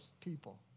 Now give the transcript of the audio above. people